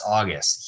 August